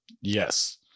Yes